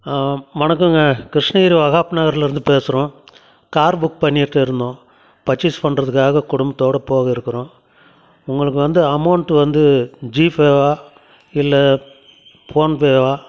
வணக்கோங்க கிருஷ்ணகிரி வஹாப் நகரில் இருந்து பேசுகிறோம் கார் புக் பண்ணியிட்டு இருந்தோம் பர்ச்சேஸ் பண்ணுறதுகாக குடும்த்தோடப் போக இருக்கிறோம் உங்களுக்கு வந்து அமௌன்ட்டு வந்து ஜிஃபேவா இல்லை போன்பேவா